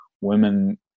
women